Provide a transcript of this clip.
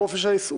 חופש העיסוק.